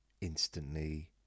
Instantly